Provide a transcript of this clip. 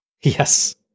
yes